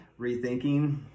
rethinking